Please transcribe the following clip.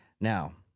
Now